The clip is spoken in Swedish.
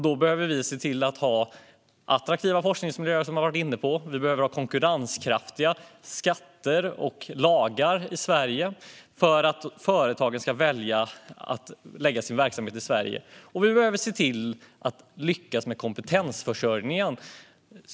Då behöver vi se till att ha attraktiva forskningsmiljöer, som vi har varit inne på. Vi behöver ha konkurrenskraftiga skatter och lagar i Sverige för att företagen ska välja att lägga sin verksamhet i Sverige. Och vi behöver se till att vi lyckas med kompetensförsörjningen.